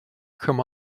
come